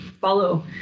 follow